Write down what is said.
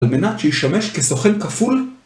על מנת שישמש כסוכן כפול.